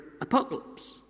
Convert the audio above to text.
apocalypse